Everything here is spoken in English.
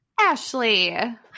Ashley